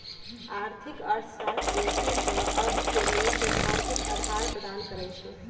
आर्थिक अर्थशास्त्र बेशी क अर्थ के लेल सैद्धांतिक अधार प्रदान करई छै